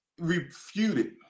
refuted